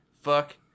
fuck